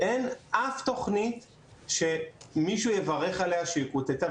אין אף תוכנית שמישהו יברך עליה שהיא קוצצה.